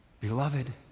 Beloved